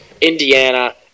Indiana